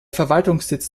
verwaltungssitz